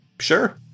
sure